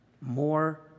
more